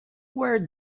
where